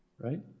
right